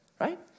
right